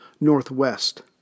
northwest